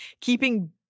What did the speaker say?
keeping